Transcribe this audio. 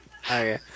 Okay